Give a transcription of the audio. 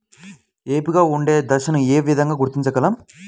ఏపుగా ఉండే దశను ఏ విధంగా గుర్తించగలం?